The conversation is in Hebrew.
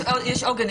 יש עוגן.